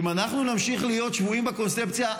אם אנחנו נמשיך להיות שבויים בקונספציה,